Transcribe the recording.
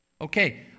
Okay